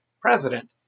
president